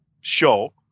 show